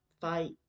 fight